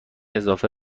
اضافه